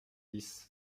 dix